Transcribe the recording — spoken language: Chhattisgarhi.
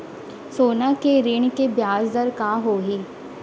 सोना के ऋण के ब्याज दर का होही?